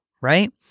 right